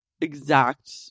exact